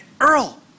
Earl